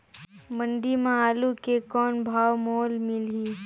मंडी म आलू के कौन भाव मोल मिलही?